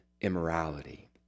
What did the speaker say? immorality